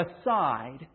aside